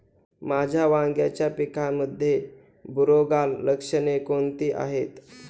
माझ्या वांग्याच्या पिकामध्ये बुरोगाल लक्षणे कोणती आहेत?